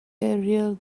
earlier